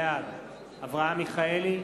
בעד אברהם מיכאלי,